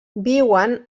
viuen